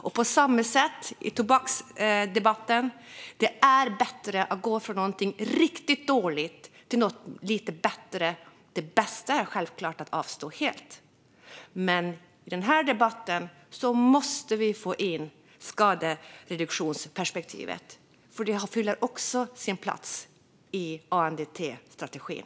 Detta kan överföras till tobaksdebatten: Det är bättre att gå från något riktigt dåligt till något mindre dåligt även om det bästa givetvis är att avstå helt. Jag menar att vi måste få in skadereduktionsperspektivet i debatten, för det fyller också sin plats i ANDT-strategin.